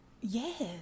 Yes